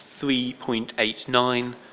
3.89